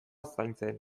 zaintzen